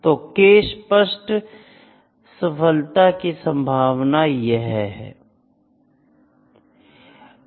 तो k स्पष्ट सफलता की संभावना यह है